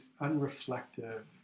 unreflective